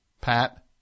Pat